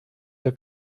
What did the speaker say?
der